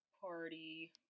party